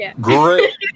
Great